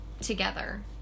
together